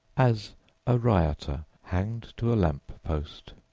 as a rioter hanged to a lamppost.